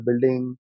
building